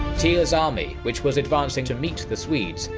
tilly's army, which was advancing to meet the swedes,